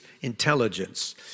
intelligence